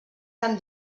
tan